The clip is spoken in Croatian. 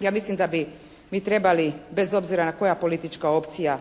Ja mislim da bi mi trebali bez obzira koja politička opcija